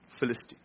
Philistine